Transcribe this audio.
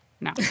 no